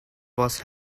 was